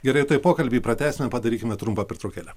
gerai tuoj pokalbį pratęsime padarykime trumpą pertraukėlę